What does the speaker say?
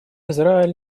израиль